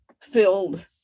filled